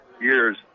years